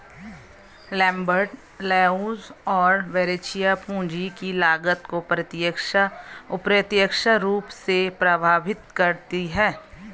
Lambert, Leuz और Verrecchia, पूंजी की लागत को प्रत्यक्ष, अप्रत्यक्ष रूप से प्रभावित करती है